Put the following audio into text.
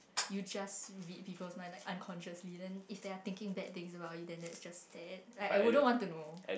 you just read people's mind like unconsciously then if they are thinking bad things about you then that's just sad like I wouldn't want to know